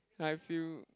I feel